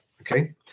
okay